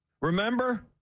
Remember